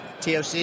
TOC